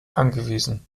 angewiesen